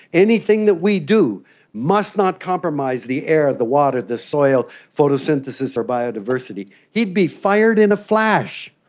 anything that we do must not compromise the air, the water, the soil, photosynthesis or biodiversity he'd be fired in a flash.